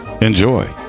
enjoy